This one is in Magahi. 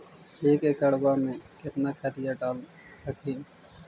एक एकड़बा मे कितना खदिया डाल हखिन?